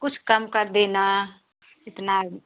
कुछ कम कर देना इतना